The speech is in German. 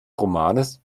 romanes